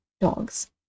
dogs